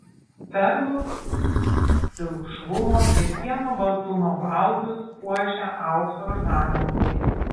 perlų pilkšvumo ir pieno baltumo baldus puošia aukso ornamentai